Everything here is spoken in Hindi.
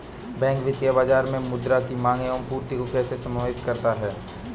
बैंक वित्तीय बाजार में मुद्रा की माँग एवं पूर्ति को कैसे समन्वित करता है?